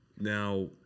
Now